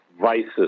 vices